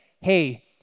hey